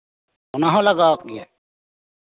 ᱚᱱᱟ ᱦᱚᱸ ᱞᱟᱜᱟᱣ ᱯᱮᱭᱟ